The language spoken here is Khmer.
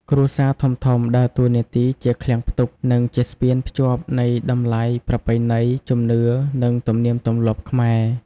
គ្រួសារធំៗដើរតួនាទីជាឃ្លាំងផ្ទុក និងជាស្ពានភ្ជាប់នៃតម្លៃប្រពៃណី ជំនឿ និងទំនៀមទម្លាប់ខ្មែរ។